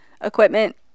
equipment